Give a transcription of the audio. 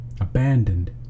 Abandoned